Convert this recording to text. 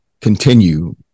continue